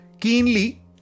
keenly